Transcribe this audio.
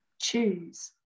choose